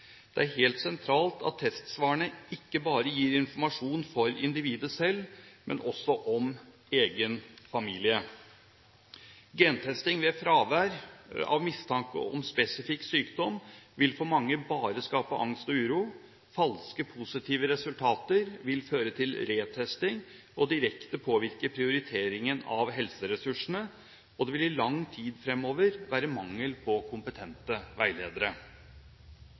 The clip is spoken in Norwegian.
Det er helt sentralt at testsvarene ikke bare gir informasjon om individet selv, men også om egen familie. Gentesting ved fravær av mistanke om spesifikk sykdom vil for mange bare skape angst og uro. Falske positive resultater vil føre til re-testing og direkte påvirke prioriteringen av helseressursene, og det vil i lang tid fremover være mangel på kompetente veiledere.